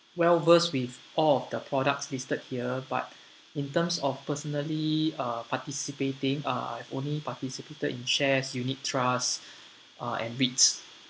well versed with all of the products listed here but in terms of personally uh participating uh only participated in shares unit trust uh and REITs